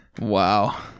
Wow